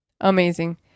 Amazing